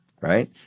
right